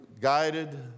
guided